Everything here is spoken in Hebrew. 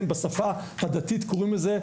בשפה הדתית קוראים לזה: